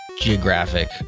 geographic